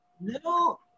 No